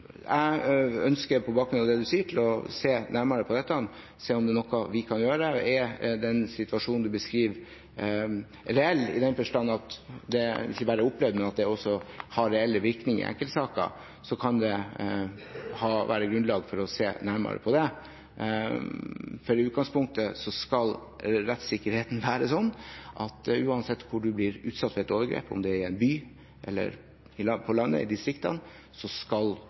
Jeg ønsker på bakgrunn av det du sier, å se nærmere på dette, se om det er noe vi kan gjøre. Er den situasjonen du beskriver, reell i den forstand at det ikke bare er opplevd, men at det også har reelle virkninger i enkeltsaker, så kan det være grunnlag for å se nærmere på det. I utgangspunktet skal rettssikkerheten være sånn at uansett hvor en blir utsatt for et overgrep, om det er i en by eller på landet, i distriktene, så skal